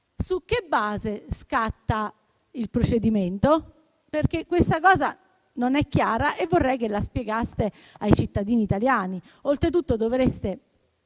su che base scatta il procedimento? Questo punto non è chiaro e vorrei che lo spiegaste ai cittadini italiani. Oltretutto, dovreste